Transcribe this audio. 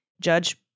Judge